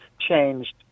changed